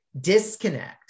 disconnect